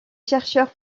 chercheurs